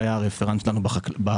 הוא היה הרפרנט שלנו באוצר,